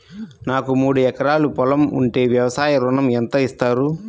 నాకు మూడు ఎకరాలు పొలం ఉంటే వ్యవసాయ ఋణం ఎంత ఇస్తారు?